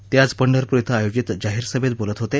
ते आज पंढरपूर इथं आयोजित जाहीर सभेत बोलत होते